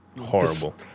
Horrible